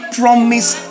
promise